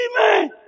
Amen